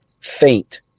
faint